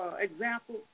example